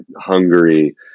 Hungary